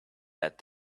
that